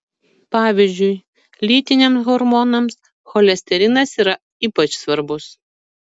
pavyzdžiui lytiniams hormonams cholesterinas yra ypač svarbus